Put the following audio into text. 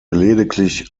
lediglich